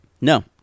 No